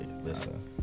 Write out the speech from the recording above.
listen